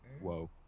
Whoa